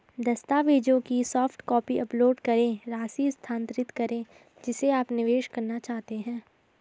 दस्तावेजों की soft copy upload करें, राशि स्थानांतरित करें जिसे आप निवेश करना चाहते हैं